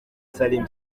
salim